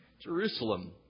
Jerusalem